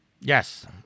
Yes